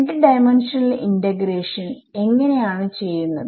2 dimensional integration എങ്ങനെ ആണ് ചെയ്യുന്നത്